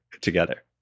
together